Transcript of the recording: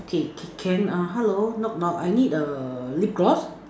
okay can err hello knock knock I need a lip gloss